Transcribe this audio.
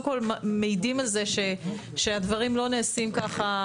כל מעידים על זה שהדברים לא נעשים ככה,